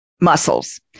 muscles